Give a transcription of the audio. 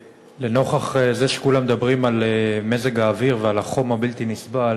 נוכח זה שכולם מדברים על מזג האוויר ועל החום הבלתי-נסבל,